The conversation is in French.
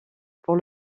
pour